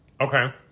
Okay